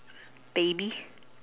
baby